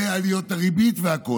ועליות הריבית והכול.